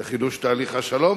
לחידוש תהליך השלום,